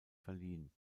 verliehen